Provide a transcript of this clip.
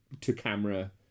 to-camera